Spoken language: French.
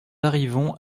arrivons